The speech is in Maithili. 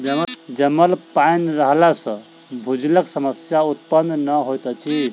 जमल पाइन रहला सॅ भूजलक समस्या उत्पन्न नै होइत अछि